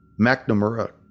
McNamara